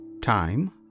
time